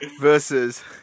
Versus